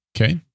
Okay